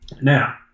Now